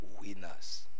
winners